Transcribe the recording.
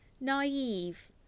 naive